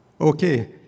Okay